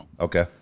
Okay